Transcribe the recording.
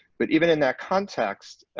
but even in that context,